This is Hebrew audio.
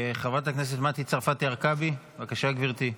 חברת הכנסת מטי צרפתי הרכבי, בבקשה, גברתי.